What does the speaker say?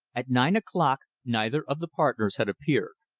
at nine o'clock neither of the partners had appeared.